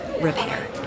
repair